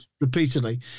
repeatedly